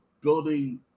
building